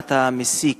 שעונת המסיק